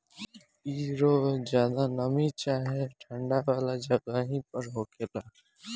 इ रोग ज्यादा नमी चाहे ठंडा वाला जगही पर होखेला